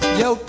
yo